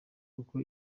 kuko